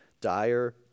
dire